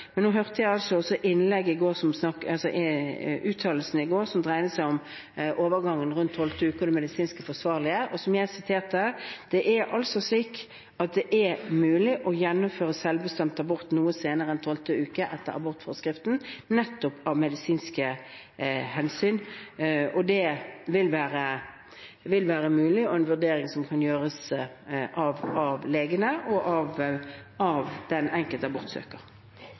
Men jeg hørte en uttalelse i går som dreide seg om overgangen rundt 12. uke og det medisinsk forsvarlige, og som jeg viste til, er det etter abortforskriften mulig å gjennomføre selvbestemt abort noe senere enn 12. uke, nettopp av medisinske hensyn. Det vil være mulig og være en vurdering som kan gjøres av legene og av den enkelte abortsøker.